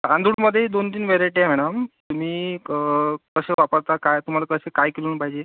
तांदुळमध्येही दोन तीन व्हेरायटी आहे मॅडम तुम्ही क कसं वापरता काय तुम्हाला कसे काय किलोनं पाहिजे